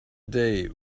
day